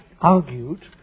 argued